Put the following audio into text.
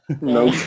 No